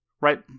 right